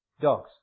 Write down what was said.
Dogs